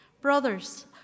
Brothers